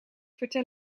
vertel